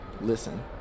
Listen